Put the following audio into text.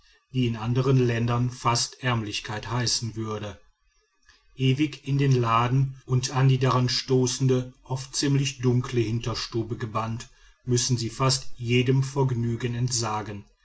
die in anderen ländern fast ärmlichkeit heißen würde ewig in den laden und an die daran stoßende oft ziemlich dunkle hinterstube gebannt müssen sie fast jedem vergnügen entsagen